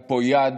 פה יד,